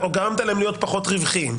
או גרמת להם להיות פחות רווחיים.